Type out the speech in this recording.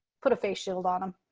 put a face shield on them.